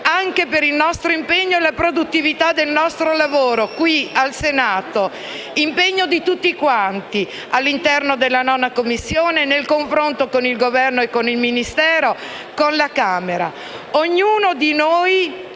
anche per il nostro impegno e la produttività del nostro lavoro qui, al Senato; un impegno di tutti quanti, all'interno della 9a Commissione, nel confronto con il Governo, con il Ministero, con la Camera, ognuno nel